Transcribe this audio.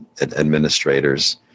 administrators